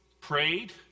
prayed